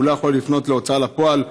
הוא לא יכול לפנות להוצאה לפועל,